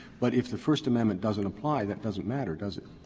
but if the first amendment doesn't apply, that doesn't matter, does it?